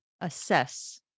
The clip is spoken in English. assess